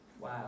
Wow